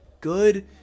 good